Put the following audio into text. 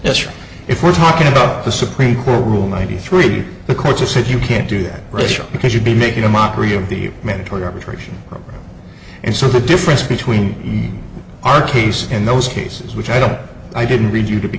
as if we're talking about the supreme court rule ninety three the courts have said you can't do racial because you'd be making a mockery of the mandatory arbitration and so the difference between our case and those cases which i don't i didn't read you